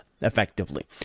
effectively